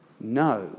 no